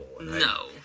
no